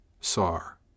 Sar